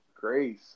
grace